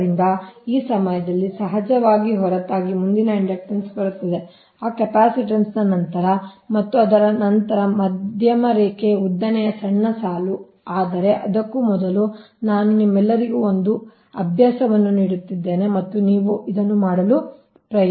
ಆದ್ದರಿಂದ ಈ ಸಮಯದಲ್ಲಿ ಸಹಜವಾಗಿ ಹೊರತಾಗಿ ಮುಂದಿನ ಇಂಡಕ್ಟನ್ಸ್ ಬರುತ್ತದೆ ಆ ಕೆಪಾಸಿಟನ್ಸಿನ ನಂತರ ಮತ್ತು ಅದರ ನಂತರ ಮಧ್ಯಮ ರೇಖೆಯ ಉದ್ದನೆಯ ಸಣ್ಣ ಸಾಲು ಆದರೆ ಅದಕ್ಕೂ ಮೊದಲು ನಾನು ನಿಮ್ಮೆಲ್ಲರಿಗೂ ಒಂದು ವ್ಯಾಯಾಮವನ್ನು ನೀಡುತ್ತಿದ್ದೇನೆ ಮತ್ತು ನೀವು ಇದನ್ನು ಮಾಡಲು ಪ್ರಯತ್ನಿಸಿ